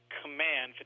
command